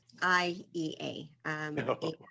IEA